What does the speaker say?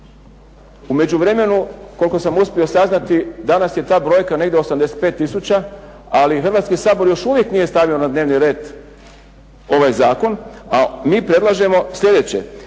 U međuvremenu, koliko sam uspio saznati danas je ta brojka negdje 85 tisuća ali Hrvatski sabor još uvijek nije stavio na dnevni red ovaj Zakon, ali mi predlažemo sljedeće,